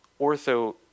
ortho-